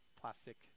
plastic